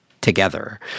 together